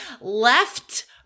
left